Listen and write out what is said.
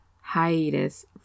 hiatus